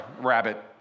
rabbit